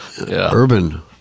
Urban